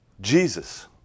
Jesus